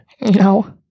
No